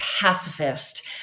pacifist